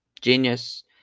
genius